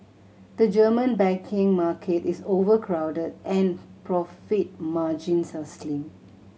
the German banking market is overcrowded and profit margins are slim